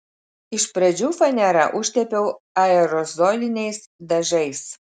iš pradžių fanerą užtepiau aerozoliniais dažais